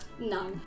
No